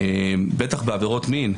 בטח בעבירות מין,